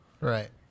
right